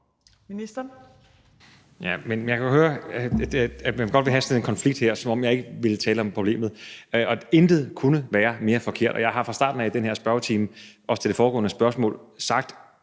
Heunicke): Jeg kan jo høre, at man godt vil have sådan en konflikt her, som om jeg ikke vil tale om problemet. Intet kunne være mere forkert, og jeg har fra starten af i den her spørgetime, også til det foregående spørgsmål, sagt